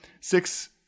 six